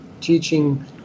teaching